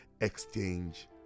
exchange